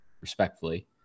Respectfully